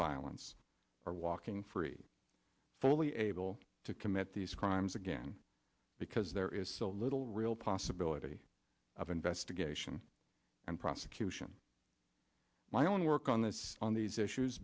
violence are walking free fully able to commit these crimes again because there is so little real possibility of investigation and prosecution my own work on this on these issues